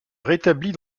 rétablit